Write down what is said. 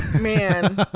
Man